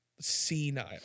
senile